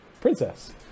Princess